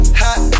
hot